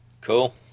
Cool